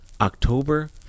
October